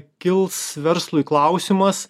kils verslui klausimas